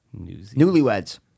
Newlyweds